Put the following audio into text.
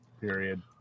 period